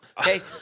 Okay